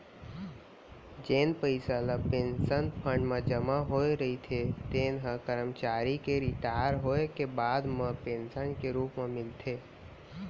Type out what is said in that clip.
जेन पइसा ल पेंसन फंड म जमा होए रहिथे तेन ह करमचारी के रिटायर होए के बाद म पेंसन के रूप म मिलथे